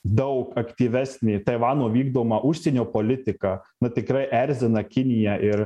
daug aktyvesnį taivano vykdomą užsienio politiką na tikrai erzina kiniją ir